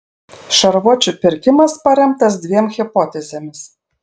šarvuočių pirkimas paremtas dviem hipotezėmis